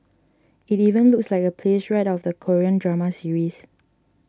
it even looks like a place right out of a Korean drama series